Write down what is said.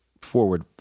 forward